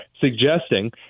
suggesting